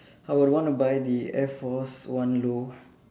I would want to buy the air force one low